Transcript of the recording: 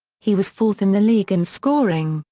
he was fourth in the league in scoring,